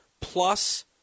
plus